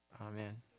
Amen